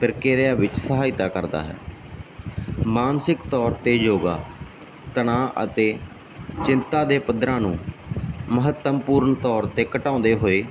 ਪ੍ਰਕਿਰਿਆ ਵਿੱਚ ਸਹਾਇਤਾ ਕਰਦਾ ਹੈ ਮਾਨਸਿਕ ਤੌਰ ਤੇ ਯੋਗਾ ਤਣਾਅ ਅਤੇ ਚਿੰਤਾ ਦੇ ਪੱਧਰਾਂ ਨੂੰ ਮਹੱਤਵਪੂਰਨ ਤੌਰ ਤੇ ਘਟਾਉਂਦੇ ਹੋਏ